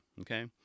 okay